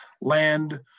land